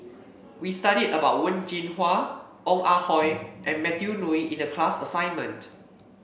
we studied about Wen Jinhua Ong Ah Hoi and Matthew Ngui in the class assignment